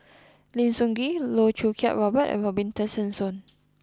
Lim Sun Gee Loh Choo Kiat Robert and Robin Tessensohn